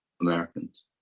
Americans